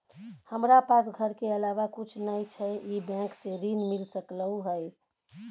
हमरा पास घर के अलावा कुछ नय छै ई बैंक स ऋण मिल सकलउ हैं?